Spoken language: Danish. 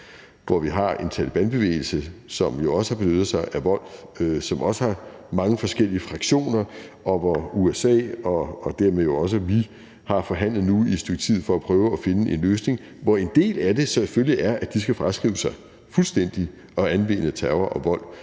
hvor vi har en Talebanbevægelse, som også har benyttet sig af vold, og som også har mange forskellige fraktioner, og hvor USA og dermed også vi nu har forhandlet i et stykke tid for at prøve at finde en løsning, hvor en del af det selvfølgelig er, at de fuldstændig skal fraskrive sig at anvende terror og vold